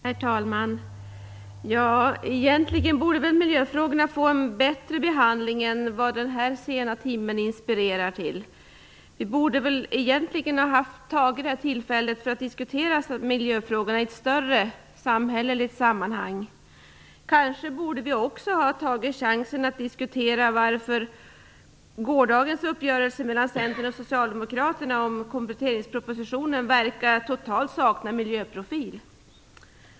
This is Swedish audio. Herr talman! Egentligen borde miljöfrågorna få en bättre behandling än vad den här sena timmen inspirerar till. Vi borde ha tagit det här tillfället för att diskutera miljöfrågorna i ett större samhälleligt sammanhang. Kanske borde vi också ha tagit chansen att diskutera varför gårdagens uppgörelse mellan Centern och Socialdemokraterna om kompletteringspropositionen totalt verkar sakna miljöprofil.